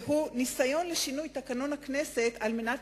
והיא ניסיון לשינוי תקנון הכנסת על מנת